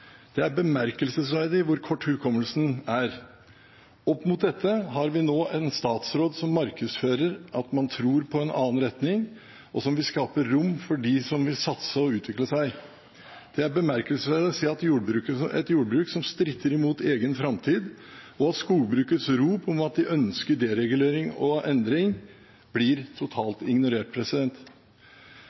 Det er bemerkelsesverdig hvor kort hukommelsen er. Opp mot dette har vi nå en statsråd som markedsfører at man tror på en annen retning, og som vil skape rom for dem som vil satse og utvikle seg. Det er bemerkelsesverdig å se at et jordbruk som stritter imot egen framtid, og skogbrukets rop om at de ønsker deregulering og endring, blir totalt ignorert.